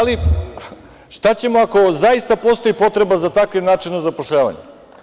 Ali, šta ćemo ako zaista postoji potreba za takvim načinom zapošljavanja?